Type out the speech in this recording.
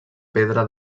pedra